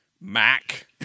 Mac